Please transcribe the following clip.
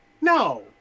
no